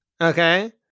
okay